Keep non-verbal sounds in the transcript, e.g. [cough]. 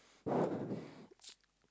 [breath] [noise]